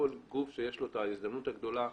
כל גוף שיש לו את ההזדמנות הגדולה